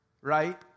right